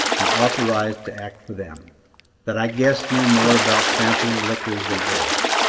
and authorized to act for them that i guess knew more about sampling liquors than ores.